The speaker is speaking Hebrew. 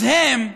אז הם,